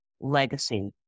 legacy